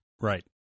Right